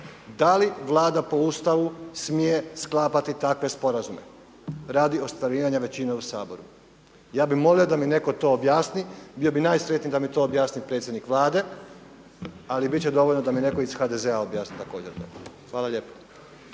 Da li Vlada po Ustavu smije sklapati takve sporazume radi ostvarivanja većine u Saboru? Ja bih molio da mi netko to objasni. Bio bih najsretniji da mi to objasni predsjednik Vlade, ali bit će dovoljno da mi netko iz HDZ-a objasni također to. Hvala lijepa.